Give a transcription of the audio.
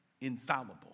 infallible